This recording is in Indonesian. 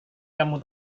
kamu